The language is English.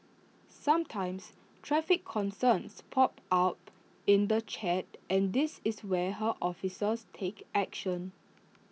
sometimes traffic concerns pop up in the chat and this is where her officers take action